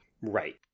right